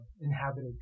inhabited